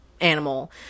animal